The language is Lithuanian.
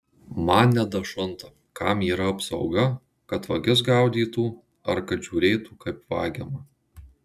man nedašunta kam yra apsauga kad vagis gaudytų ar kad žiūrėtų kaip vagiama